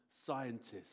scientists